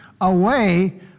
away